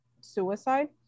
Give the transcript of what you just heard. suicide